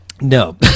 No